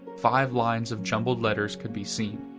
five lines of jumbled letters could be seen,